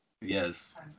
Yes